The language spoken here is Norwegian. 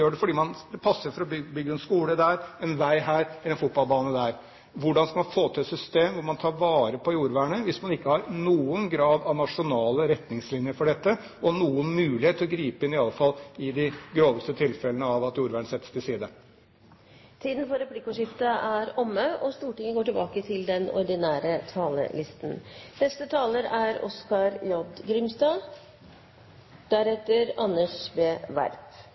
det fordi det passer å få bygd en skole der, en vei her eller en fotballbane der. Hvordan skal man få til et system hvor man tar vare på jordvernet, hvis det ikke er noen grad av nasjonale retningslinjer for dette og noen mulighet til å gripe inn – iallfall i de groveste tilfellene der jordvernet settes til side? Replikkordskiftet er omme. Underteikna deler forslagsstillaranes klare intensjonar om at det er viktig å styrkje lokaldemokratiet og